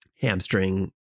hamstring